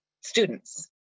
students